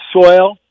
soil